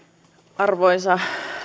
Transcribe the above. arvoisa